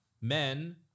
men